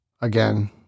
Again